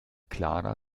clara